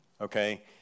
okay